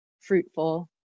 fruitful